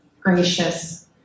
gracious